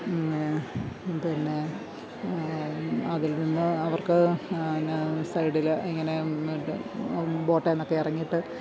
പിന്നെ അതിൽനിന്ന് അവർക്ക് ന്നാ സൈഡില് ഇങ്ങനെ മറ്റേ ബോട്ടേന്നൊക്കെ ഇറങ്ങിയിട്ട്